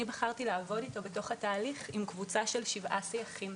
אני בחרתי לעבוד אתו בתוך התהליך עם קבוצה של שבעה סייחים,